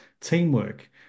teamwork